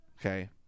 Okay